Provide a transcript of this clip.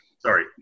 Sorry